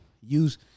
Use